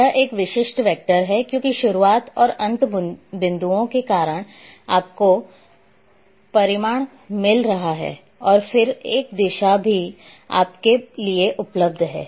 यह एक विशिष्ट वेक्टर है क्योंकि शुरुआत और अंत बिंदुओं के कारण आपको परिमाण मिल रहा है और फिर एक दिशा भी आपके लिए उपलब्ध है